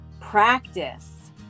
practice